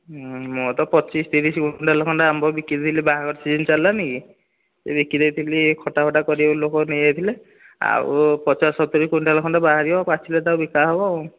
ମୋର ତ ପଚିଶି ତିରିଶି କ୍ୱିଣ୍ଟାଲ ଖଣ୍ଡେ ଆମ୍ବ ବିକିଥିଲି ବାହାଘର ସିଜିନ ଚାଲିଲାନିକି ବିକି ଦେଇଥିଲି ଖଟା ଫଟା କରିବେ ବୋଲି ଲୋକ ନେଇଯାଇଥିଲେ ଆଉ ପଚାଶ ସତୁରୀ କ୍ୱିଣ୍ଟାଲ ଖଣ୍ଡେ ବାହାରିବ ପାଚିଲେ ତାକୁ ବିକା ହେବ ଆଉ